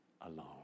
Alone